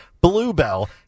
Bluebell